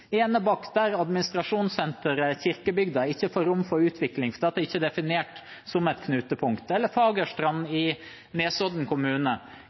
administrasjonssenteret Kirkebygda rom for utvikling fordi det ikke er definert som et knutepunkt – eller Fagerstrand i Nesodden kommune.